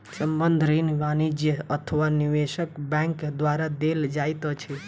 संबंद्ध ऋण वाणिज्य अथवा निवेशक बैंक द्वारा देल जाइत अछि